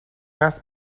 است